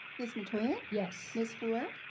ms. metoyer? yes. ms. fluor?